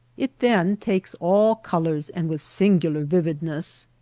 it then takes all colors and with singular vividness.